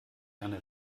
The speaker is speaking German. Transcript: eine